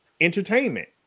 entertainment